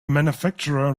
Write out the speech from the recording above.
manufacturer